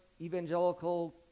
evangelical